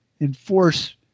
enforce